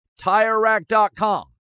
TireRack.com